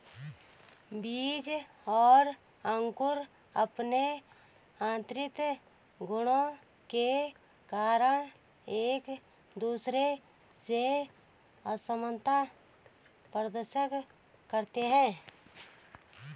बीज और अंकुर अंपने आतंरिक गुणों के कारण एक दूसरे से असामनता प्रदर्शित करते हैं